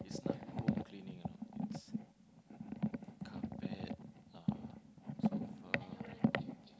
it's not home cleaning you know it's carpet uh sofa